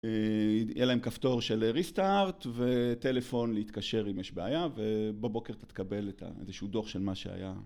יהיה להם כפתור של ריסטארט וטלפון להתקשר אם יש בעיה ובבוקר תתקבל איזשהו דוח של מה שהיה.